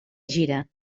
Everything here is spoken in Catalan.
gira